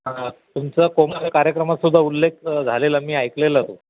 हां तुमचं कार्यक्रमातसुद्धा उल्लेख झालेला मी ऐकलेला तो